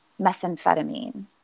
methamphetamine